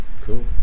Cool